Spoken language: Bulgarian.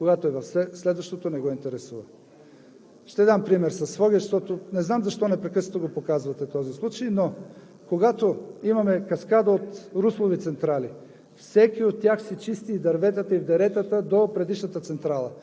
Когато се запуши мостът в неговото село, идва и казва: къде е държавата? Когато е в следващото – не го интересува. Ще дам пример със Своге – не знам защо непрекъснато го казвате този случай, но когато имаме каскада от руслови централи,